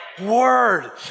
Word